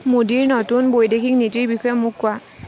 মোদীৰ নতুন বৈদেশিক নীতিৰ বিষয়ে মোক কোৱা